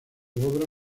obra